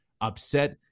upset